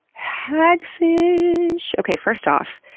haaaaagfish. okay, first off,